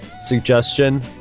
suggestion